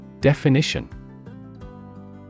Definition